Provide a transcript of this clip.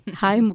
hi